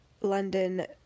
London